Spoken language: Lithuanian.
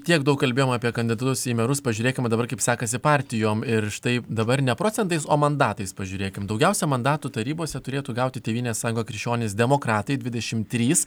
tiek daug kalbėjom apie kandidatus į merus pažiūrėkim o dabar kaip sekasi partijom ir štai dabar ne procentais o mandatais pažiūrėkim daugiausiai mandatų tarybose turėtų gauti tėvynės sąjunga krikščionys demokratai dvidešimt trys